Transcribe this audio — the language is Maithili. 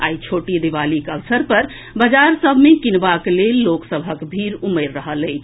आइ छोटी दिवाली के अवसर पर बाजार सभ मे कीनिबाक लेल लोक सभक भीड़ उमड़ि रहल अछि